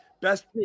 Best